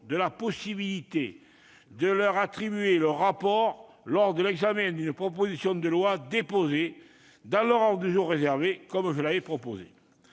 de la possibilité de leur attribuer le rapport lors de l'examen d'une proposition de loi déposée dans le cadre de leur ordre du jour réservé, comme je l'avais proposé.